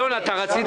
אלון שוסטר, רצית